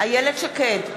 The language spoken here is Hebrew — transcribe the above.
איילת שקד,